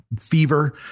fever